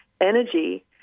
energy